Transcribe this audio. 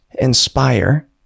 inspire